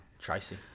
Tracy